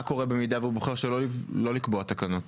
מה קורה במידה שהוא בוחר שלא לקבוע תקנות